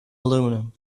aluminium